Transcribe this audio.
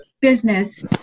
business